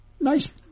Nice